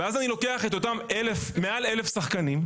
ואז אני לוקח את אולם מעל 1,000 שחקנים,